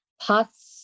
pots